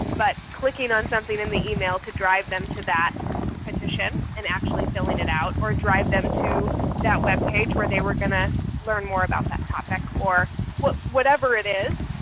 but clicking on something in the email to drive them to that petition and actually filling it out or drive them to that web page where they were going to learn more about that topic or whatever it is.